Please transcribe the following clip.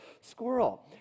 squirrel